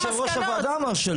אבל יושב ראש הוועדה אמר שלא.